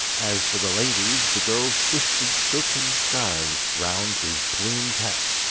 as for the ladies, the girls twisted silken scarves round his plumed hat,